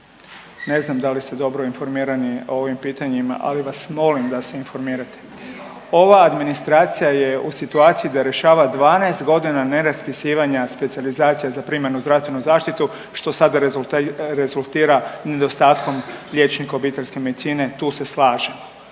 Ne znam da li ste dobro informirani o ovim pitanjima, ali vas molim da se informirate. Ova administracija je u situaciji da rješava 12 godina neraspisivanja specijalizacije za primarnu zdravstvenu zaštitu što sada rezultira nedostatkom liječnika obiteljske medicine tu se slažem.